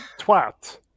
twat